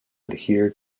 adhere